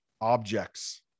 objects